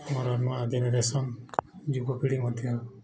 ମୋର ନୂଆ ଜେନେରେସନ୍ ଯୁବ ପିଢ଼ି ମଧ୍ୟ